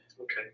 Okay